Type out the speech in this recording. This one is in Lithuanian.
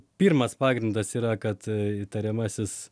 pirmas pagrindas yra kad įtariamasis